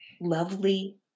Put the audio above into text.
lovely